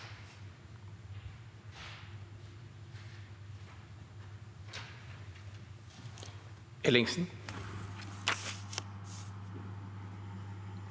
Ellingsen